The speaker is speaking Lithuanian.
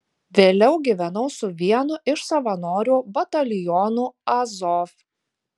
vėliau gyvenau su vienu iš savanorių batalionų azov